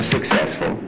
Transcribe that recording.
successful